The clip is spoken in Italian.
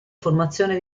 formazione